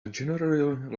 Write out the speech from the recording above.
generally